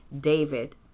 David